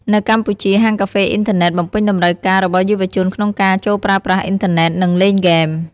នៅ កម្ពុជា ហាងកាហ្វេអ៊ីនធឺណិត បំពេញតម្រូវការ របស់យុវជនក្នុងការ ចូលប្រើប្រាស់អ៊ីនធឺណិត និង លេងហ្គេម។